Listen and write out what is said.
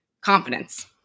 confidence